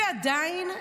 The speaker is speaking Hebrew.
עדיין,